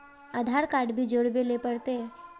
आधार card भी जोरबे ले पड़ते?